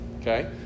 okay